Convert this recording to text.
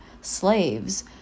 slaves